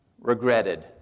regretted